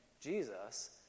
Jesus